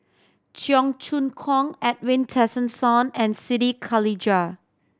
Cheong Choong Kong Edwin Tessensohn and Siti Khalijah